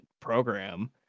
program